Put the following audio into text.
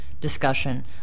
discussion